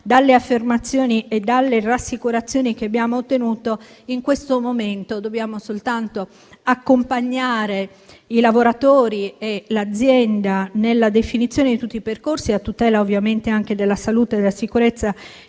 dalle affermazioni e dalle rassicurazioni che abbiamo ottenuto in questo momento, che dobbiamo soltanto accompagnare i lavoratori e l'azienda nella definizione di tutti i percorsi, a tutela ovviamente anche della salute e della sicurezza